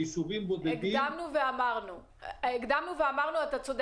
כולל יישובים בודדים --- הקדמנו ואמרנו את זה.